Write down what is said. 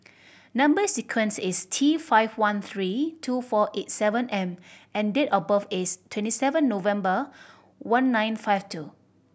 number sequence is T five one three two four eight seven M and date of birth is twenty seven November one nine five two